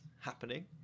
happening